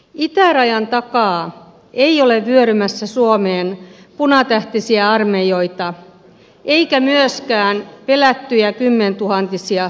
itärajan takaa ei ole vyörymässä suomeen punatähtisiä armeijoita eikä myöskään pelättyjä kymmentuhantisia susilaumoja